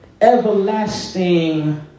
Everlasting